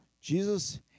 Jesus